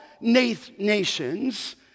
nations